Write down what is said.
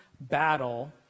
battle